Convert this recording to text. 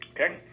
Okay